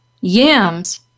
yams